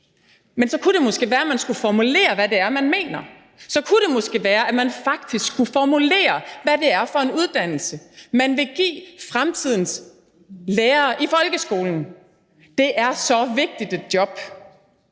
Men så kunne det måske være, at man skulle formulere, hvad det er, man mener. Så kunne det måske være, at man faktisk kunne formulere, hvad det er for en uddannelse, man vil give fremtidens lærere i folkeskolen. Det er så vigtigt et job,